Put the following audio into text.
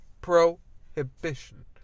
Prohibition